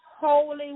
Holy